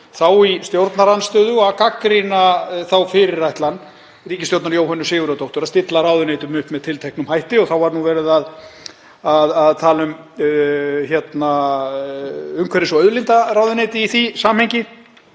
þá í stjórnarandstöðu og að gagnrýna þá fyrirætlan ríkisstjórnar Jóhönnu Sigurðardóttur að stilla ráðuneytum upp með tilteknum hætti. Þá var verið að tala um umhverfis- og auðlindaráðuneyti í því samhengi.